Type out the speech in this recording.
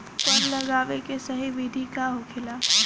फल लगावे के सही विधि का होखेला?